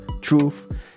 truth